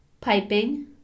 piping